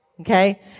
Okay